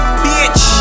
bitch